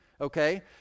Okay